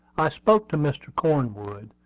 i spoke to mr. cornwood,